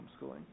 homeschooling